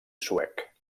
suec